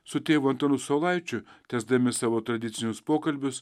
su tėvu antanu saulaičiu tęsdami savo tradicinius pokalbius